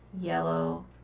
yellow